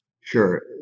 Sure